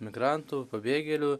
migrantų pabėgėlių